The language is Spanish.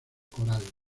coral